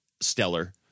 stellar